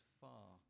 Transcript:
far